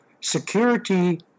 security